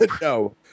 no